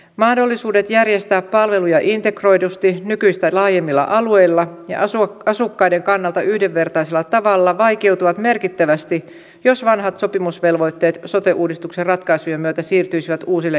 mahdollisuudet järjestää palveluja integroidusti nykyistä laajemmilla alueilla ja asukkaiden kannalta yhdenvertaisella tavalla vaikeutuvat merkittävästi jos vanhat sopimusvelvoitteet sote uudistuksen ratkaisujen myötä siirtyisivät uusille järjestäjille